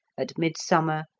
at midsummer,